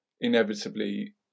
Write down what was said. inevitably